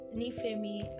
nifemi